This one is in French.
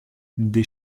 des